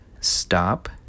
stop